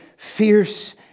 Fierce